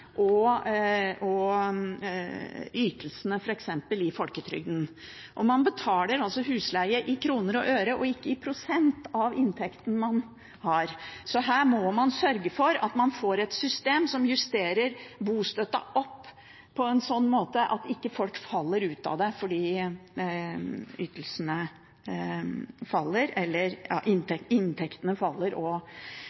og ytelsene f.eks. i folketrygden. Man betaler husleie i kroner og øre og ikke i prosent av inntekten. Her må man sørge for å få et system som justerer bostøtten opp slik at man ikke faller ut på grunn av at inntektene faller og boligprisene øker. Det